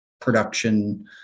production